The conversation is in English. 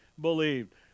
believed